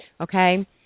Okay